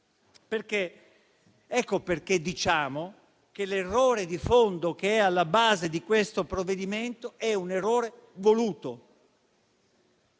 Ecco perché diciamo che l'errore di fondo che è alla base di questo provvedimento è un errore voluto: